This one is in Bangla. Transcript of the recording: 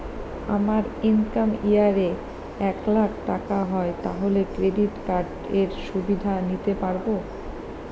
আমার ইনকাম ইয়ার এ এক লাক টাকা হয় তাহলে ক্রেডিট কার্ড এর সুবিধা নিতে পারবো?